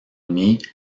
uni